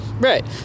Right